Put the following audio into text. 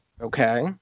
Okay